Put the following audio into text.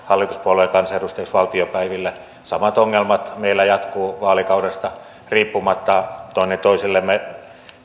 valituksi hallituspuolueen kansanedustajaksi valtiopäivillä samat ongelmat meillä jatkuvat vaalikaudesta riippumatta toinen toisellemme